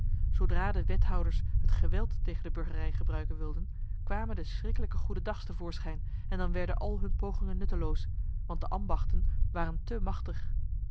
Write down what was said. zodra de wethouders het geweld tegen de burgerij gebruiken wilden kwamen de schriklijke goedendags te voorschijn en dan werden al hun pogingen nutteloos want de ambachten waren te machtig